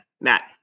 Matt